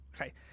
Okay